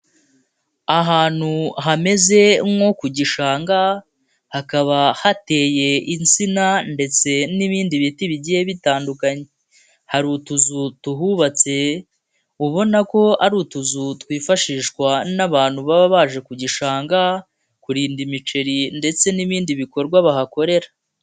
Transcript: Ahantu hameze nko ku gishanga hakaba hateye insina ndetse n'ibindi biti bigiye bitandukanye, hari utuzu tuhubatse ubona ko ari utuzu twifashishwa n'abantu baba baje ku gishanga kurinda imiceri ndetse n'ibindi bikorwa bahakorera.